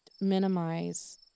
minimize